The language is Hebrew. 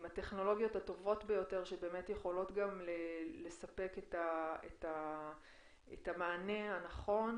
עם הטכנולוגיות הטובות ביותר שבאמת יכולות לספק את המענה הנכון,